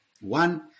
One